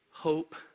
hope